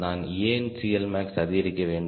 நான் ஏன் CLmax அதிகரிக்க வேண்டும்